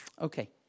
Okay